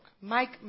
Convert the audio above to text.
Mike